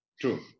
True